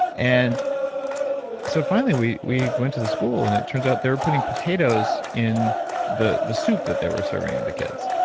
and so finally, we we went to the school and it turns out they were putting potatoes in the the soup that they were serving the kids.